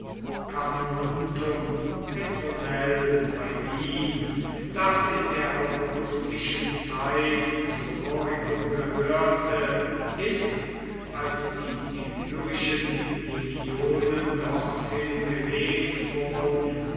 wien das in der augustischen zeit zu noricum gehörte ist als die illyrischen legionen dorthin gelegt wurden